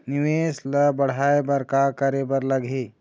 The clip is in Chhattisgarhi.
निवेश ला बड़हाए बर का करे बर लगही?